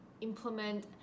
implement